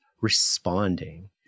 responding